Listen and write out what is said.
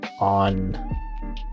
on